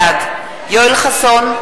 בעד יואל חסון,